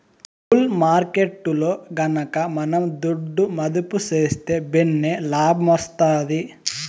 bull మార్కెట్టులో గనక మనం దుడ్డు మదుపు సేస్తే భిన్నే లాబ్మొస్తాది